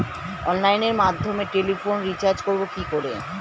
অনলাইনের মাধ্যমে টেলিফোনে রিচার্জ করব কি করে?